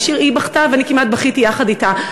היא בכתה ואני כמעט בכיתי יחד אתה.